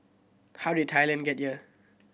how did Thailand get here